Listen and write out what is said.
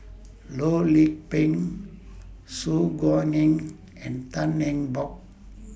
Loh Lik Peng Su Guaning and Tan Eng Bock